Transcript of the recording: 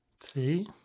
See